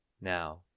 Now